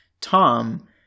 Tom